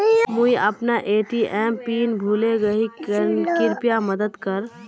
मुई अपना ATM pin भूले गही कृप्या मदद कर